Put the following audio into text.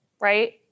right